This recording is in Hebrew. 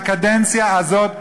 בקדנציה הזאת,